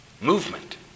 Movement